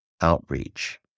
outreach